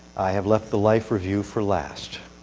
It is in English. i've left the life review for last.